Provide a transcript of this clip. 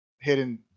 hidden